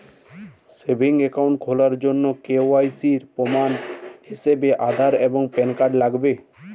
savings account খোলার জন্য KYC এর প্রমাণ হিসেবে আধার এবং প্যান কার্ড লাগবে